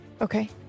Okay